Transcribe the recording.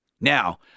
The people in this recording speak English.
Now